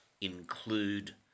include